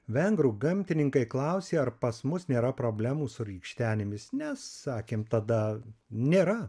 vengrų gamtininkai klausė ar pas mus nėra problemų su rykštenėmis ne sakėm tada nėra